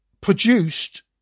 produced